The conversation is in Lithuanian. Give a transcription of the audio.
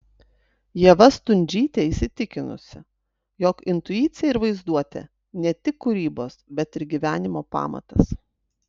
ieva stundžytė įsitikinusi jog intuicija ir vaizduotė ne tik kūrybos bet ir gyvenimo pamatas